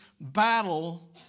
battle